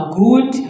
good